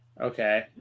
Okay